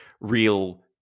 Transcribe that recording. real